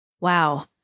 Wow